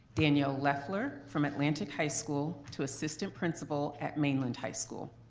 danielle leffler from atlantic high school to assistant principal at mainland high school.